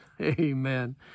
Amen